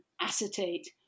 acetate